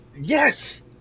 Yes